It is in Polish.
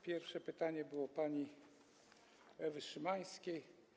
Pierwsze pytanie było pani Ewy Szymańskiej.